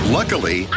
Luckily